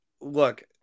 look